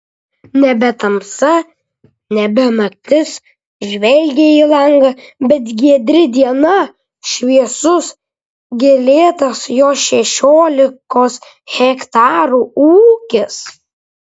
nebe tamsa nebe naktis žvelgė į langą bet giedri diena šviesus gėlėtas jo šešiolikos hektarų ūkis